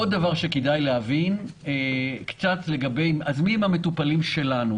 עוד דבר שכדאי להבין: מי הם המטופלים שלנו?